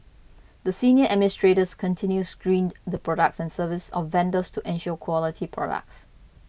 the senior administrators continuously screened the products and services of vendors to ensure quality products